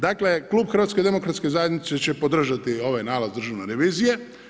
Dakle Klub HDZ-a će podržati ovaj nalaz državne revizije.